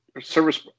Service